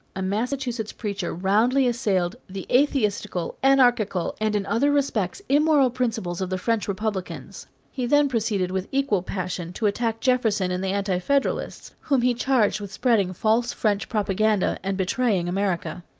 a massachusetts preacher roundly assailed the atheistical, anarchical, and in other respects immoral principles of the french republicans he then proceeded with equal passion to attack jefferson and the anti-federalists, whom he charged with spreading false french propaganda and betraying america.